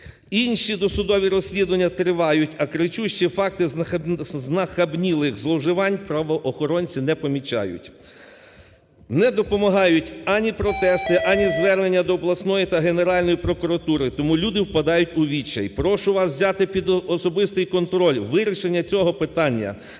Інші досудові розслідування тривають, а кричущі факти знахабнілих зловживань правоохоронці не помічають. Не допомагають ані протести, ані звернення до обласної та Генеральної прокуратури. Тому люди впадають у відчай. Прошу вас взяти під особистий контроль вирішення цього питання,